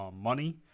money